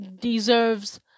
deserves